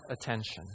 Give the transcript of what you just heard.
attention